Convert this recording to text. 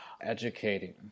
educating